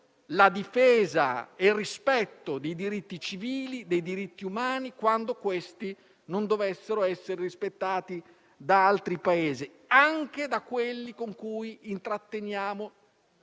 la difesa e il rispetto di diritti civili e dei diritti umani, quando questi non dovessero essere rispettati da altri Paesi, anche da quelli con cui intratteniamo